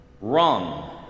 Wrong